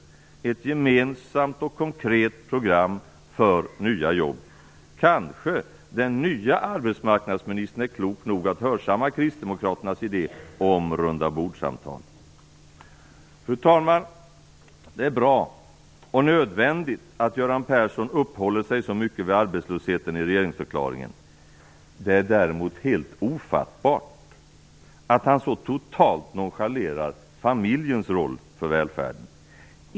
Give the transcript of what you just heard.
Det behövs ett gemensamt och konkret program för nya jobb. Kanske är den nya arbetsmarknadsministern klok nog att hörsamma kristdemokraternas idé om rundabordssamtal. Fru talman! Det är bra och nödvändigt att Göran Persson uppehåller sig så mycket vid arbetslösheten i regeringsförklaringen. Däremot är det helt ofattbart att han så totalt nonchalerar familjens roll för välfärden.